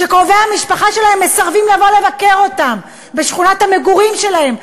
כשקרובי המשפחה שלהם מסרבים לבוא לבקר אותם בשכונת המגורים שלהם,